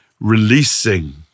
releasing